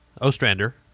Ostrander